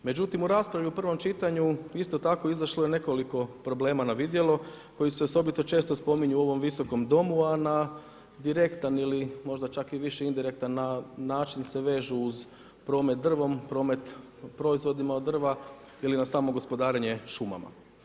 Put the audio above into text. Međutim u raspravi u prvom čitanju isto tako izašlo je nekoliko problema na vidjelo koji se osobito često spominju u ovom Visokom domu, a na direktan ili možda čak i više indirektan način se vežu uz promet drvom, promet proizvodima od drva ili na samo gospodarenje šumama.